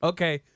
Okay